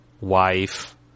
wife